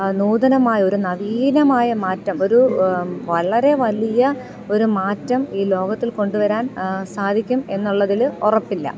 നൂതനമായ ഒരു നവീനമായ മാറ്റം ഒരു വളരെ വലിയ ഒരു മാറ്റം ഈ ലോകത്തിൽ കൊണ്ടുവരാൻ സാധിക്കും എന്നുള്ളതിൽ ഉറപ്പില്ല